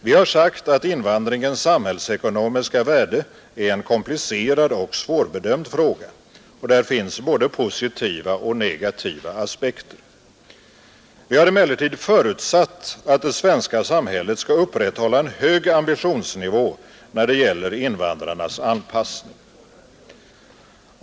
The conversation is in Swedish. Vi har sagt att invandringens samhällsekonomiska värde är en komplicerad och svårbedömd fråga, och där finns både positiva och negativa aspekter. Vi har emellertid förutsatt att det svenska samhället skall upprätthålla en hög ambitionsnivå när det gäller invandrarnas anpassning.